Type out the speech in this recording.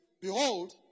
Behold